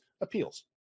appeals